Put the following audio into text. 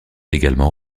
également